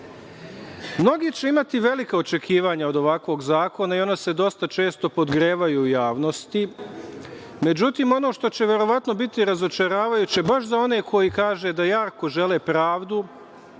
je imate velika očekivanja od ovakvog zakona i ona se dosta često podgrevaju u javnosti. Međutim, ono što će verovatno biti razočaravajuće baš za one koji kažu da jako žele pravdu,